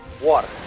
Water